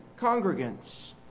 congregants